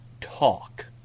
talk